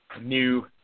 new